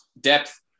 depth